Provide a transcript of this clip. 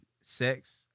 sex